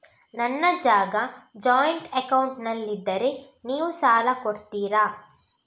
ನನ್ನ ಜಾಗ ಜಾಯಿಂಟ್ ಅಕೌಂಟ್ನಲ್ಲಿದ್ದರೆ ನೀವು ಸಾಲ ಕೊಡ್ತೀರಾ?